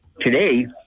today